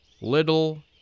little